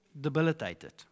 debilitated